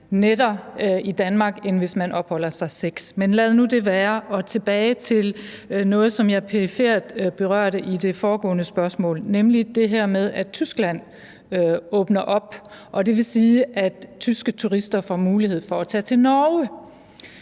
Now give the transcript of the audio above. nætter i Danmark, end hvis man opholder sig seks nætter, men lad nu det være. Jeg vil gå tilbage til noget, som jeg berørte perifært i det foregående spørgsmål, nemlig det her med, at Tyskland åbner op. Det vil sige, at tyske turister får mulighed for at tage til Norge,